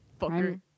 Fucker